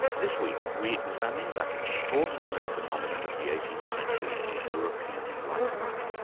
this week, we examine that extraordinary phenomenon of the eighteenth century, the european enlightenment,